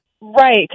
Right